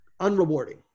unrewarding